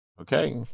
Okay